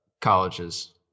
colleges